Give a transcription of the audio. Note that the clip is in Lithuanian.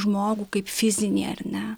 žmogų kaip fizinį ar ne